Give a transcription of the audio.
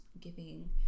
giving